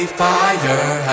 fire